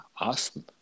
Awesome